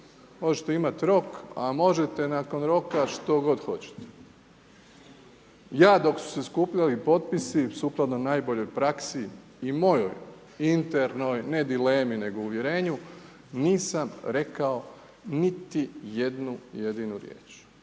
Možete imat rok, a možete nakon roka što god hoćete. Ja dok su se skupljali potpisi, sukladno najboljoj praksi i mojoj internoj, ne dilemi, nego uvjerenju, nisam rekao niti jednu jedinu riječ,